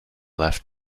left